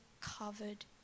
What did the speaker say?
covered